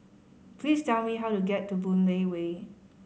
please tell me how to get to Boon Lay Way